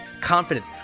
confidence